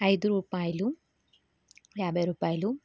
ఐదు రూపాయలు యాభై రూపాయలు